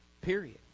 period